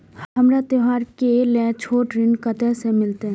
हमरा त्योहार के लेल छोट ऋण कते से मिलते?